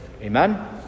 Amen